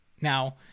now